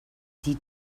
die